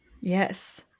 Yes